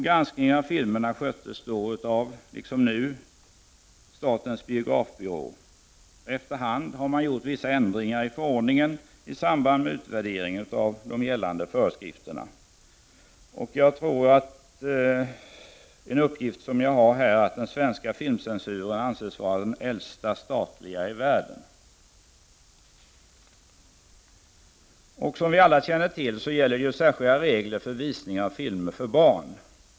Granskningen av filmerna sköttes då liksom nu av statens biografbyrå. Efter hand har man gjort vissa ändringar i förordningen i samband med utvärdering av de gällande föreskrifterna. Jag har en uppgift om att den svenska filmcensuren anses vara den äldsta statliga filmcensuren i världen. Som vi alla känner till gäller särskilda regler för visning av filmer för barn.